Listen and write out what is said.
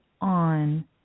on